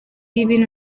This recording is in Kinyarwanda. ibintu